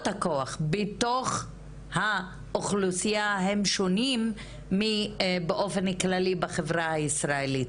הכוח בתוך האוכלוסייה הם שונים מבאופן כללי בחברה הישראלית.